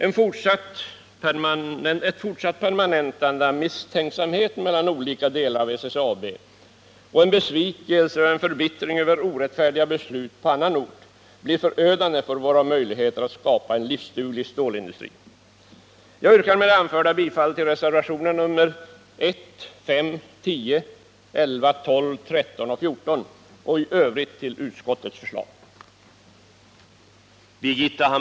Ett fortsatt permanentande av misstänksamhet mellan de olika delarna av SSAB och en besvikelse och förbittring över orättfärdiga beslut på annan ort blir förödande för våra möjligheter att skapa en livsduglig stålindustri. Jag yrkar med det anförda bifall till reservationerna 1,5, 10, 11,12, 13 och 14 samt i övrigt till utskottets hemställan.